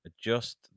adjust